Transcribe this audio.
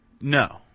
no